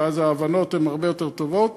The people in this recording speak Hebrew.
ואז ההבנות הן הרבה יותר טובות.